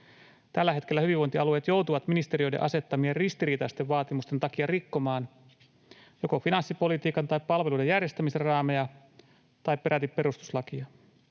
Tällä hetkellä hyvinvointialueet joutuvat ministeriöiden asettamien ristiriitaisten vaatimusten takia rikkomaan joko finanssipolitiikan tai palveluiden järjestämisen raameja tai peräti perustuslakia.